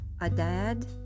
adad